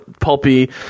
pulpy